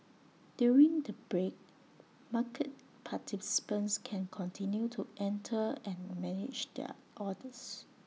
during the break market participants can continue to enter and manage their orders